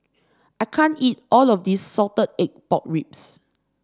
I can't eat all of this Salted Egg Pork Ribs